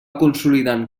consolidant